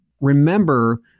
remember